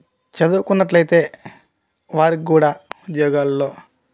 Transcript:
చదువుకున్నట్లు అయితే వారికి కూడా ఉద్యోగాల్లో